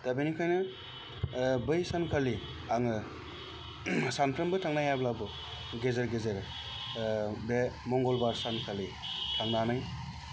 दा बेनिखायनो बै सानखालि आङो सामफ्रोमबो थांनो हायाब्लाबो गेजेर गेजेर बे मंगलबार सान खालि थांनानै